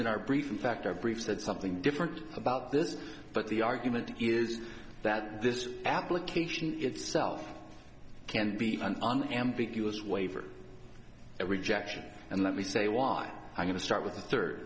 in our brief in fact our brief said something different about this but the argument is that this application itself can be an ambiguous waiver a rejection and let me say why i'm going to start with the third